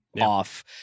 off